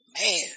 Man